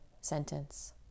sentence